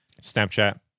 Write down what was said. Snapchat